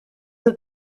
that